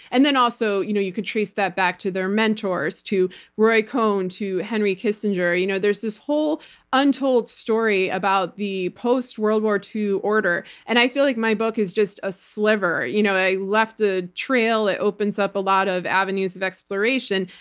and then also, you know you could trace that back to their mentors, to roy cohn, to henry kissinger. you know there's this whole untold story about the post-world war ii order. and i feel like my book is just a sliver. you know i left a trail that opens up a lot of avenues of exploration,